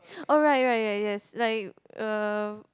oh right right right yes like uh